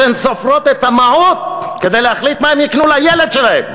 והן סופרות את המעות כדי להחליט מה הן יקנו לילד שלהן.